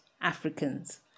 Africans